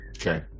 Okay